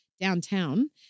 downtown